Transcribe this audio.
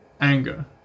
anger